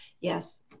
yes